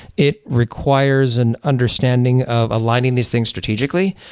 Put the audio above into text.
it requires an understanding of aligning these things strategically.